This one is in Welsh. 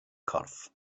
corff